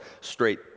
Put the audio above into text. straight